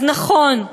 אז נכון,